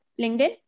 LinkedIn